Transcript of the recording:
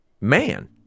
man